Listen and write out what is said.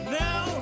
now